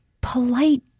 polite –